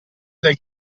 del